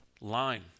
line